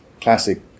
classic